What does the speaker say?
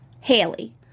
Haley